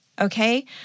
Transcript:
Okay